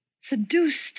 seduced